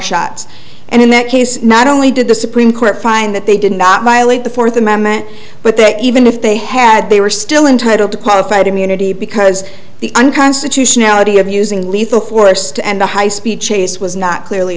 shots and in that case not only did the supreme court find that they did not violate the fourth amendment but that even if they had they were still entitle to qualified immunity because the unconstitutionality of using lethal force to end a high speed chase was not clearly